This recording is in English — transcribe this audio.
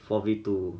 forty two